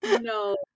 No